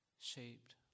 shaped